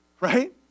Right